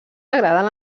agraden